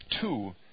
Two